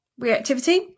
reactivity